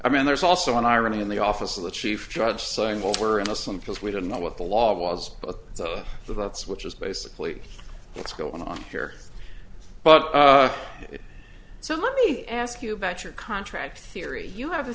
i mean there's also an irony in the office of the chief judge saying well we're innocent because we don't know what the law was but so the votes which is basically what's going on here but it so let me ask you about your contract theory you have a